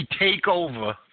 TakeOver